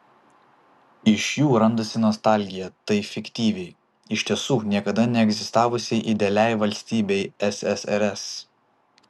iš jų randasi nostalgija tai fiktyviai iš tiesų niekada neegzistavusiai idealiai valstybei ssrs